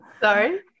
Sorry